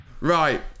Right